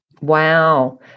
Wow